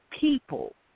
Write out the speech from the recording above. people